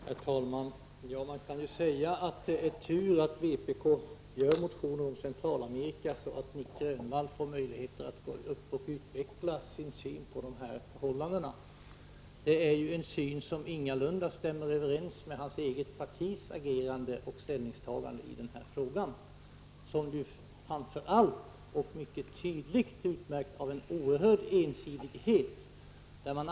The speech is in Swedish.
Herr talman! Man kan säga att det är tur att vpk väcker motioner om Centralamerika, så att Nic Grönvall får möjlighet att utveckla sin syn. Det är en syn som ingalunda stämmer överens med hans eget partis agerande och ställningstagande i den här frågan, som ju framför allt, och mycket tydligt, utmärks av en oerhörd ensidighet.